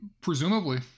Presumably